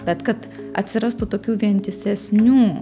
bet kad atsirastų tokių vientisesnių